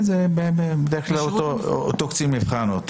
אותו קצין מבחן.